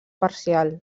parcial